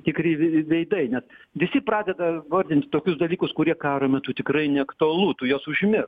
tikri v veidai net visi pradeda vardinti tokius dalykus kurie karo metu tikrai neaktualu tu juos užmirš